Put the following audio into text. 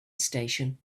station